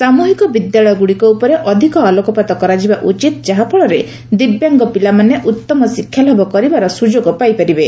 ସାମୁହିକ ବିଦ୍ୟାଳୟଗୁଡ଼ିକ ଉପରେ ଅଧିକ ଆଲୋକପାତ କରାଯିବା ଉଚିତ୍ ଯାହାଫଳରେ ଦିବ୍ୟାଙ୍ଗ ପିଲାମାନେ ଉତ୍ତମ ଶିକ୍ଷାଲାଭ କରିବାର ସୁଯୋଗ ପାଇପାରିବେ